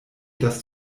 dass